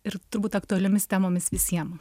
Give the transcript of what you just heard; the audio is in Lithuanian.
ir turbūt aktualiomis temomis visiem